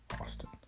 Austin